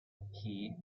key